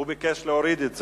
והוא ביקש להוריד את זה.